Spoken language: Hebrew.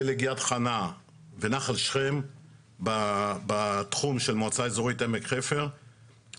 פלג יד חנה ונחל שכם בתחום של מועצה אזורית עמק חפר - כולם